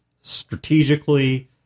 strategically